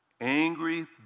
Angry